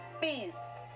peace